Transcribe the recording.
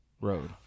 Road